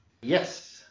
Yes